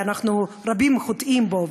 שרבים חוטאים בו,